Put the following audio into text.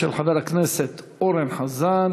של חבר הכנסת אורן חזן,